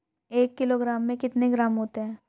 एक किलोग्राम में कितने ग्राम होते हैं?